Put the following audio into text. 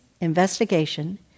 investigation